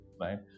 right